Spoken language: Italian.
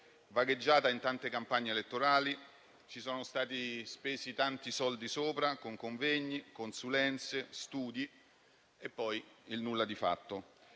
vagheggiata in tante campagne elettorali, sulla quale sono stati spesi tanti soldi in convegni, consulenze e studi e poi un nulla di fatto.